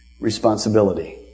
responsibility